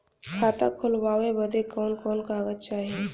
खाता खोलवावे बादे कवन कवन कागज चाही?